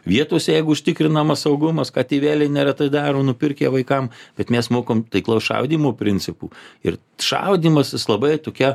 vietose jeigu užtikrinamas saugumas ką tėveliai neretai daro nupirkę vaikam bet mes mokam taiklaus šaudymo principų ir šaudymas jis labai tokia